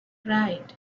right